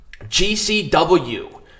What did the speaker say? GCW